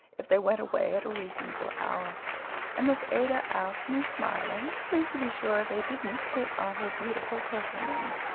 if they went away at a reasonable hour and miss ada asked me, smiling, please to be sure they didn't sit on her beautiful cushions.